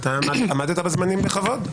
אתה עמדת בזמנים בכבוד.